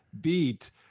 beat